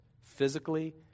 physically